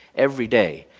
every day,